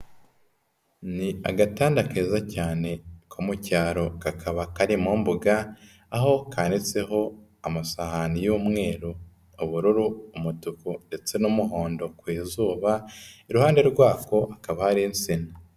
Ni agatanda keza cyane ko mu cyaro kakaba kare mu mboga aho kanitseho amasahani y'umweru, ubururu, umutuku ndetse n'umuhondo ku izuba, iruhande rwako hakaba ari insina.